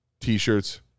t-shirts